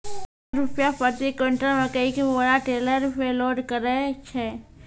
छह रु प्रति क्विंटल मकई के बोरा टेलर पे लोड करे छैय?